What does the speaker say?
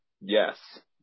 Yes